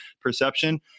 perception